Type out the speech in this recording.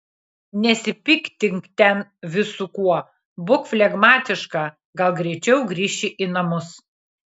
nesipiktink ten visu kuo būk flegmatiška gal greičiau grįši į namus